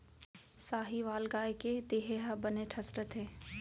साहीवाल गाय के देहे ह बने ठस रथे